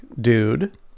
dude